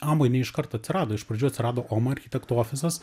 amo ne iškart atsirado iš pradžių atsirado oma architektų ofisas